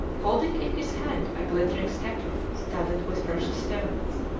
holding in his hand a glittering sceptre studded with precious stones.